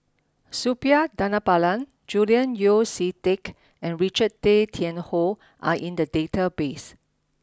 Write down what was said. Suppiah Dhanabalan Julian Yeo See Teck and Richard Tay Tian Hoe are in the database